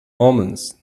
omens